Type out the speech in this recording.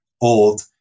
old